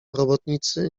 robotnicy